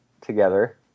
together